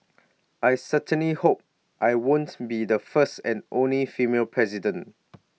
I certainly hope I won't be the first and only female president